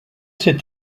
s’est